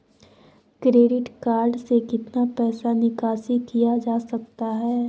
Credit card से कितना पैसा निकासी किया जा सकता है?